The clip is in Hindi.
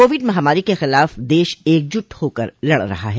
कोविड महामारी के खिलाफ़ देश एकजुट होकर लड़ रहा है